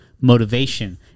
motivation